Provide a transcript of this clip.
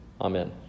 Amen